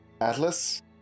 Atlas